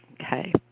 Okay